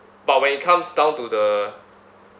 but when it comes down to the